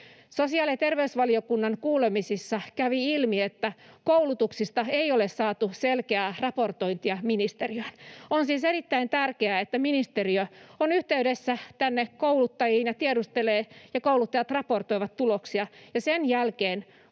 Sosiaali‑ ja terveysvaliokunnan kuulemisissa kävi ilmi, että koulutuksista ei ole saatu selkeää raportointia ministeriöön. On siis erittäin tärkeää, että ministeriö on yhteydessä kouluttajiin ja tiedustelee ja kouluttajat raportoivat tuloksia. Sen jälkeen,